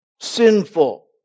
sinful